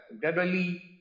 gradually